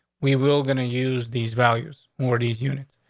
we will gonna use these values more these units.